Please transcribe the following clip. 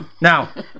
Now